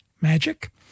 Magic